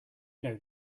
know